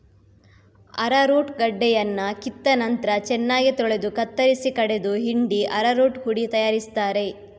arrowroot ಗಡ್ಡೆಯನ್ನ ಕಿತ್ತ ನಂತ್ರ ಚೆನ್ನಾಗಿ ತೊಳೆದು ಕತ್ತರಿಸಿ ಕಡೆದು ಹಿಂಡಿ ಅರರೂಟ್ ಹುಡಿ ತಯಾರಿಸ್ತಾರೆ